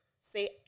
say